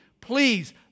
please